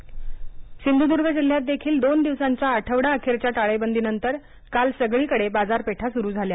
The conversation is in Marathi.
टाळेबंदी सिंधुदुर्ग जिल्ह्यात देखील दोन दिवसांच्या आठवडा अखेरच्या टाळेबंदीनंतर काल सगळीकडे बाजारपेठा सुरु झाल्या